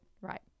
right